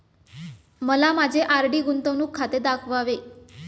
मला माझे आर.डी गुंतवणूक खाते दाखवावे